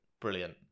Brilliant